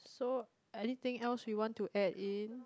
so anything else you want to add in